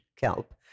kelp